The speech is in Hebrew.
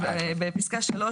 בפסקה (3),